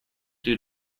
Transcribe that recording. due